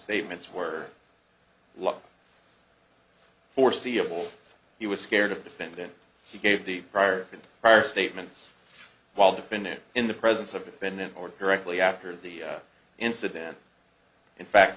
statements were locked foreseeable he was scared of defendant he gave the prior prior statements while definit in the presence of defendant or directly after the incident in fact